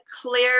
clear